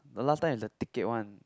the last time is the ticket one